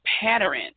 pattern